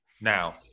now